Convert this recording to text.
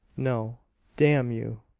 no damn you!